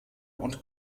und